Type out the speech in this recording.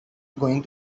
going